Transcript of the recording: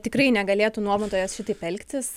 tikrai negalėtų nuomotojas šitaip elgtis